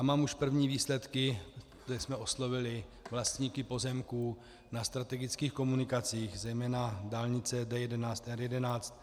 Mám už první výsledky, kdy jsme oslovili vlastníky pozemků na strategických komunikacích, zejména dálnice D11, R11.